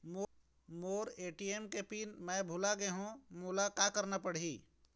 मोर ATM के PIN मैं भुला गैर ह, मोला का करना पढ़ही?